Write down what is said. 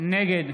נגד